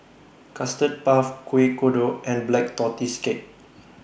Custard Puff Kuih Kodok and Black Tortoise Cake